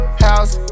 house